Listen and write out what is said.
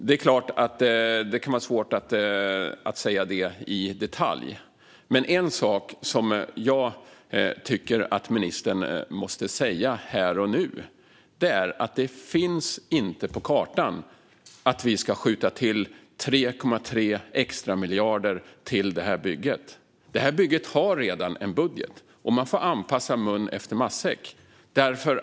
Det är klart att det kan vara svårt att säga i detalj, men en sak som jag tycker att ministern måste säga här och nu är att det inte finns på kartan att vi ska skjuta till 3,3 extramiljarder till bygget. Bygget har redan en budget, och man får rätta mun efter matsäcken.